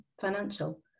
financial